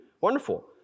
wonderful